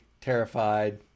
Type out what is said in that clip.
terrified